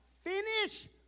Finish